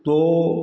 तो